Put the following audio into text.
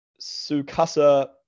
Sukasa